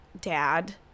dad